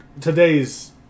today's